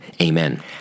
Amen